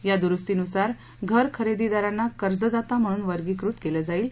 या दुरुस्तीनुसार घर खरेदीदारांना कर्जदाता म्हणून वर्गिकृत केलं जाईल